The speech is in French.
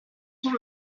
sont